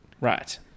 Right